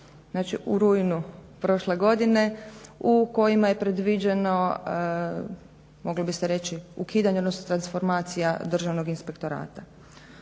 u rujnu prošle godine u kojima je predviđeno moglo bi se reći ukidanje odnosno transformacija Državnog inspektorata.